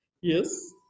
yes